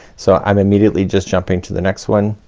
so i'm immediately just jumping to the next one,